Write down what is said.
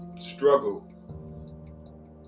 struggle